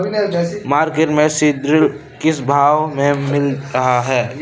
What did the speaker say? Market में seed drill किस भाव में मिल रहा है?